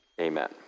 Amen